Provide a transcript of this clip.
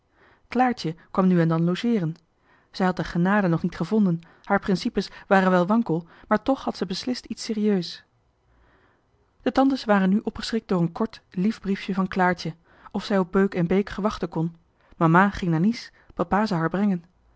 claartje kwam nu en dan logeeren zij had de genade nog niet gevonden haar principes waren wel wankel maar toch had zij beslist iets serieus de tantes waren nu opgeschrikt door een kort lief briefje van claartje of zij op beuk en beek gewacht kon mama ging naar nice papa zou haar brengen